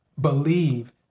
believe